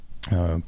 pour